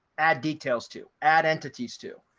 add details to add entities to.